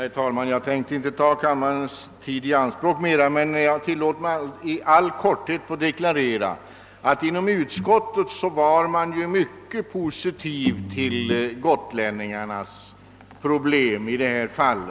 Herr talman! Jag tänker inte ta kammarens tid i anspråk ytterligare någon längre stund men vill ändå tillåta mig att i all korthet deklarera, att vi inom utskottet var mycket positivt inställda till gotlänningarnas problem i detta sammanhang.